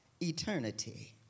eternity